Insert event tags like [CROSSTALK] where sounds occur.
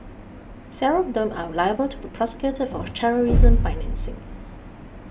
several of them are liable to be prosecuted for [NOISE] terrorism financing